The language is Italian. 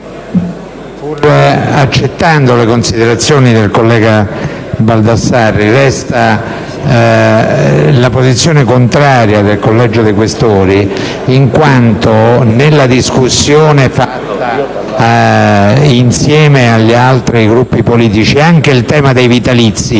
accettando le considerazioni del collega Baldassarri, resta la posizione contraria del Collegio dei senatori Questori, in quanto, nella discussione fatta insieme agli altri Gruppi politici, anche il tema dei vitalizi